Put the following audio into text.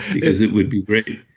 because it would be great.